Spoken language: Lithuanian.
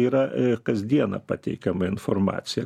yra a kasdieną pateikiama informacija